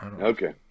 Okay